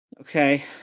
Okay